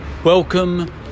Welcome